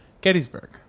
Gettysburg